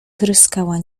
tryskała